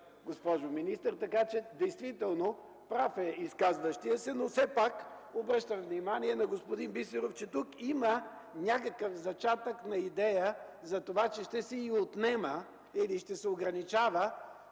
госпожо министър, така че действително е прав изказващият се. Все пак обръщам внимание на господин Бисеров, че тук има някакъв зачатък на идея за това, че ще се и отнема или ще се ограничава